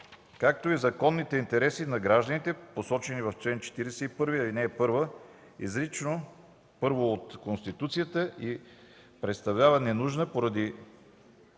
както и законните интереси на гражданите, посочени в чл. 41, ал. 1, изречение първо от Конституцията, и представлява ненужна, поради